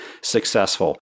successful